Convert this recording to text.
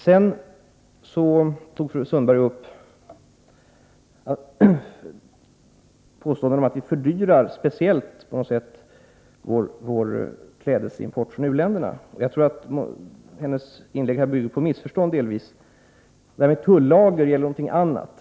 Vidare gjorde fru Sundberg påståenden om att vi på något speciellt sätt fördyrar klädesimporten från u-länderna. Jag tror att hennes inlägg här delvis byggde på missförstånd. Frågan om tullager gäller något annat.